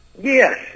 Yes